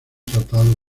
tratado